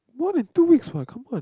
more than two weeks what come on